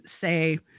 say